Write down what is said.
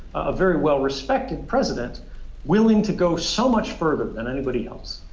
a very well-respected president willing to go so much further than anybody else.